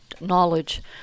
knowledge